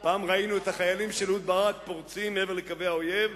פעם ראינו את החיילים של אהוד ברק פורצים מעבר לקווי האויב,